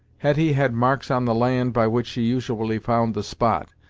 hetty had marks on the land by which she usually found the spot,